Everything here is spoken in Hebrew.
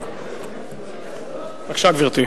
בבקשה, גברתי.